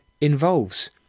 involves